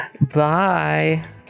bye